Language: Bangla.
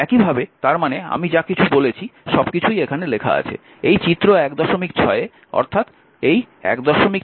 একইভাবে তার মানে আমি যা কিছু বলেছি সবকিছুই এখানে লেখা আছে এই চিত্র 16 এ অর্থাৎ এই 16 এর এবং অংশে